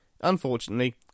Unfortunately